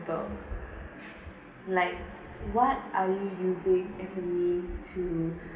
like what are you using as a means to